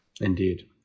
Indeed